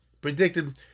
predicted